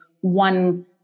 one